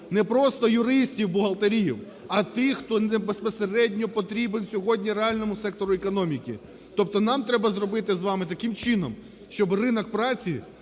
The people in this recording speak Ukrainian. Не просто юристів, бухгалтерів, а тих, хто безпосередньо потрібен сьогодні реальному сектору економіки. Тобто нам треба зробити з вами таким чином, щоби ринок праці